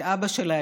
את אבא שלה,